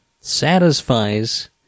satisfies